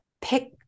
pick